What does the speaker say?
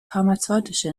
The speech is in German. pharmazeutische